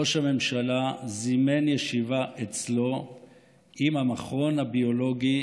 ראש הממשלה זימן ישיבה אצלו עם המכון הביולוגי